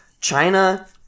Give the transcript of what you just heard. China